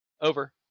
Over